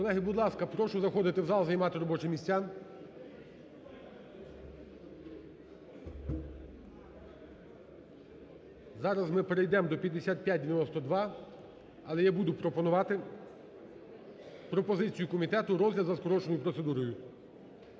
прошу заходити в зал і займати робочі місця. Зараз ми перейдемо до 5592, але я буду пропонувати пропозицію комітету – розгляд за скороченою процедурою.